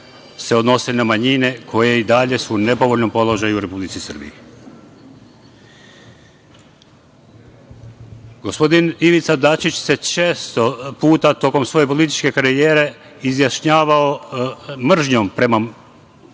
se odnose na manjene koje su i dalje u nepovoljnom položaju u Republici Srbiji. Gospodin Ivica Dačić se često puta tokom svoje političke karijere izjašnjavao mržnjom prema